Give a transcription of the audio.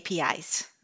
APIs